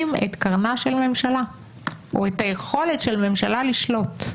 את קרנה של הממשלה או את היכולת של ממשלה לשלוט.